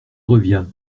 reviens